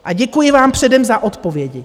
A děkuji vám předem za odpovědi.